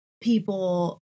people